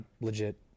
legit